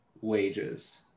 wages